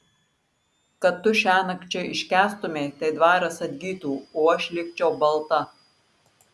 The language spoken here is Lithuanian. kad tu šiąnakt čia iškęstumei tai dvaras atgytų o aš likčiau balta